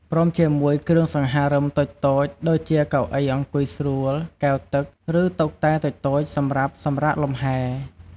ព្រមជាមួយគ្រឿងសង្ហារឹមតូចៗ ដូចជាកៅអីអង្គុយស្រួល កែវទឹក ឬតុតែតូចៗសម្រាប់សម្រាកលំហែ។